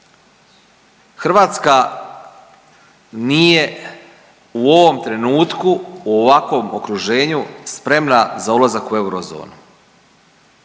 Hrvatska nije u ovom trenutku u ovakvom okruženju spremna za ulazak u eurozonu.